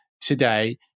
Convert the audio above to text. today